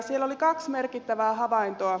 siellä oli kaksi merkittävää havaintoa